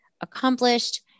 accomplished